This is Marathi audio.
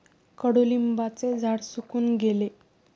कडुलिंबाचे झाड सुकून गेले